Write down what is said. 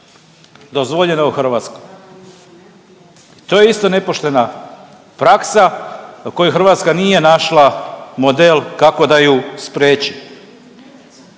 dozvoljena u Hrvatskoj, to je isto nepoštena praksa kojoj Hrvatska nije našla model kako da ju spriječi.